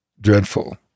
dreadful